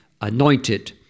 anointed